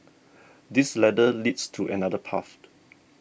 this ladder leads to another path